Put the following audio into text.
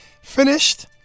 Finished